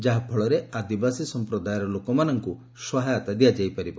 ଯାହାଫଳରେ ଆଦିବାସୀ ସମ୍ପ୍ରଦାୟର ଲୋକମାନଙ୍କୁ ସହାୟତା ଦିଆଯାଇ ପାରିବ